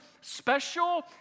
special